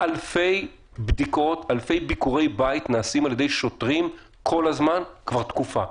אלפי ביקורי בית נעשים על ידי שוטרים כל הזמן כבר תקופה,